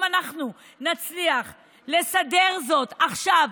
אם אנחנו נצליח לסדר זאת עכשיו,